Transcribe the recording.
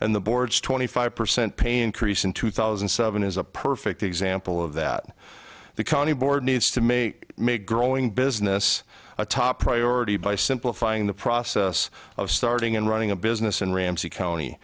and the board's twenty five percent pay increase in two thousand and seven is a perfect example of that the county board needs to may make growing business a top priority by simplifying the process of starting and running a business in ramsey county